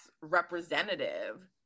representative